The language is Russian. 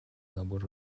набор